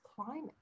climate